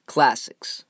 Classics